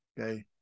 Okay